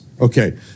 Okay